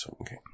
Okay